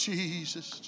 Jesus